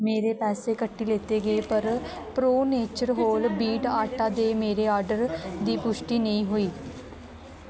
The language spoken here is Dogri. मेरे पैसे कट्टी लैते गे पर प्रो नेचर होल व्हीट आटा दे मेरे आर्डर दी पुश्टि नेईं होई